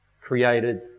created